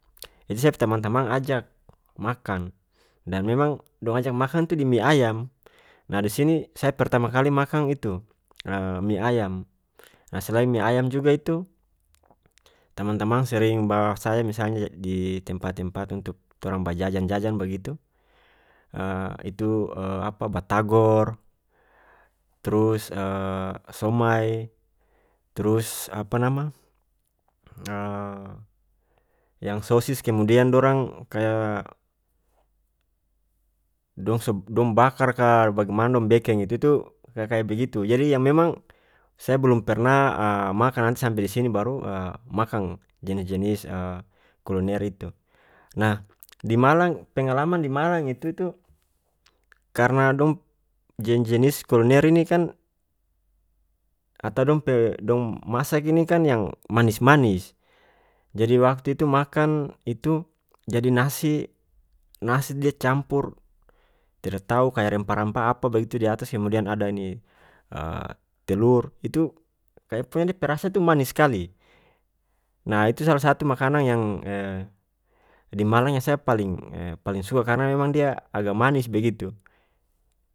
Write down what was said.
Itu saya pe tamang-tamang ajak makang dan memang dong ajak makang itu di mi ayam nah disini saya pertama kali makang itu mi ayam ah selain mi ayam juga itu tamang-tamang sering bawa saya misalnya di tempat-tempat untuk torang bajajan-jajan bagitu itu apa batagor trus somai trus apa nama yang sosis kemudian dorang kaya dong so- dong bakar ka bagimana dong bekeng itu- itu kaya-kaya begitu jadi yang memang saya blum pernah makang nanti sampe disini baru makang jenis-jenis kuliner itu nah di malang pengalaman di malang itu- itu karna dong p jen- jenis kuliner ini kan atau dong pe dong masak ini kan yang manis-manis jadi waktu itu makan itu jadi nasi- nasi dia campur tidak tau kaya rempah-rempah apa begitu di atas kemudian ada ini telur itu kaya punya dia pe rasa itu manis skali nah itu salah satu makanang yang di malang yang saya paling paling suka karna memang dia agak manis begitu.